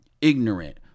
ignorant